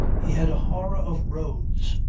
he had a horror of roads.